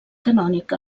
canònic